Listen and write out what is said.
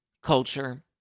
Culture